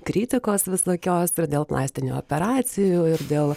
kritikos visokios ir dėl plastinių operacijų ir dėl